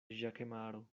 ĵakemaro